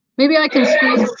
maybe i can squeeze